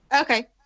Okay